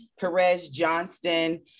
Perez-Johnston